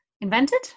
invented